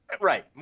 Right